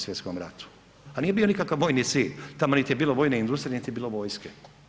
Svj. ratu, a nije bio nikakav vojni cilj, tamo niti je bilo vojne industrije niti je bilo vojske.